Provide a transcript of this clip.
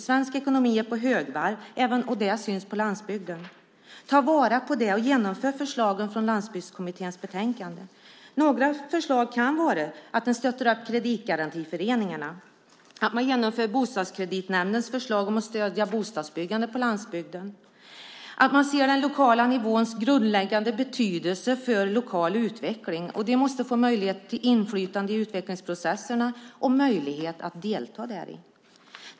Svensk ekonomi går på högvarv, och det syns på landsbygden. Ta vara på det, och genomför förslagen från Landsbygdskommitténs betänkande! Några förslag kan vara att man stöttar kreditgarantiföreningarna, att man genomför Bostadskreditnämndens förslag om att stödja bostadsbyggande på landsbygden och att man ser den lokala nivåns grundläggande betydelse för lokal utveckling som måste få möjlighet till inflytande i utvecklingsprocesserna och möjlighet att delta i dem.